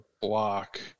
block